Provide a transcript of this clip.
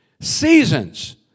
Seasons